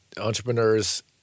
Entrepreneurs